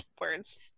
words